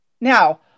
Now